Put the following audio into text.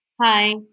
Hi